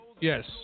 Yes